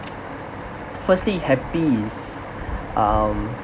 firstly happy is um